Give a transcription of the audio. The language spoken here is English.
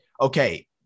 okay